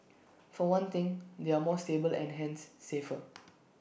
for one thing they are more stable and hence safer